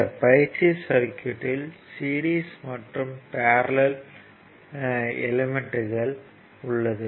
இந்த பயிற்சி சர்க்யூட்யில் சீரிஸ் மற்றும் பேரல்லல் எலிமெண்ட்கள் உள்ளது